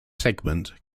segment